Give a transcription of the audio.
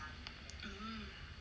hmm